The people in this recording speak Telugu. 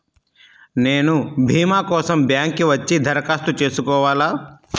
నేను భీమా కోసం బ్యాంక్కి వచ్చి దరఖాస్తు చేసుకోవాలా?